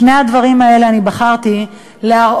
את שני הדברים האלה אני בחרתי להראות,